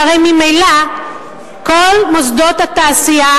שהרי ממילא כל מוסדות התעשייה,